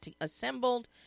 assembled